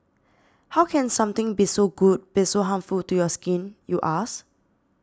how can something be so good be so harmful to your skin you ask